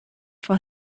for